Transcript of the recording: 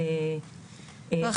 נהדר,